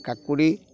କାକୁଡ଼ି